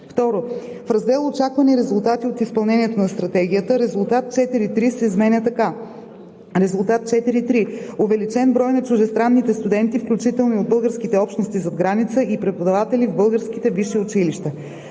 2. В раздел „Очаквани резултати от изпълнението на стратегията“ резултат 4.3. се изменя така: „4.3. Увеличен брой на чуждестранните студенти, включително и от българските общности зад граница, и преподаватели в българските висши училища“.